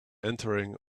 entering